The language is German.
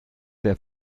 der